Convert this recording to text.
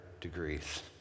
degrees